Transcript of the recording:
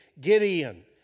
Gideon